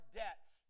debts